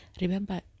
remember